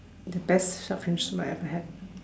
the best shark fin soup I ever had